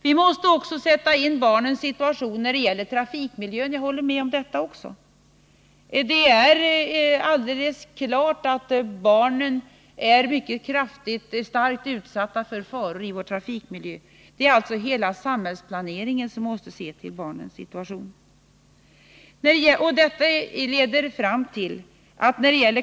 Vi måste också se på barnens situation när det gäller trafikmiljön. Jag håller med om det också. Det är alldeles klart att barnen i hög grad är utsatta för faror i trafikmiljön. Det är alltså i samhällsplaneringen som vi måste bevaka barnens situation.